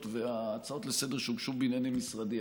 וההצעות לסדר-היום שהוגשו בענייני משרדי.